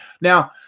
Now